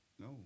No